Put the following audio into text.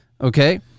okay